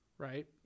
Right